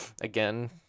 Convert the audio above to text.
Again